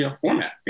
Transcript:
format